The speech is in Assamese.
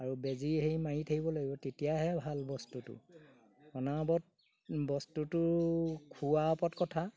আৰু বেজী হেৰি মাৰি থাকিব লাগিব তেতিয়াহে ভাল বস্তুটো অনবৰত বস্তুটো খুওৱাৰ ওপৰত কথা